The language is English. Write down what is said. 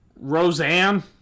Roseanne